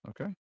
Okay